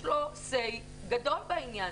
יש לו "סיי" גדול בעניין.